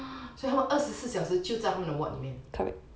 所以他们二十四小时就他们的 ward 里面